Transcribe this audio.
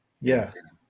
Yes